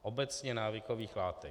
Obecně návykových látek.